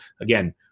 Again